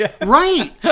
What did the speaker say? Right